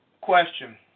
question